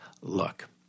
look